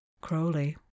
Crowley